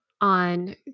on